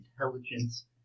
intelligence